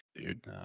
dude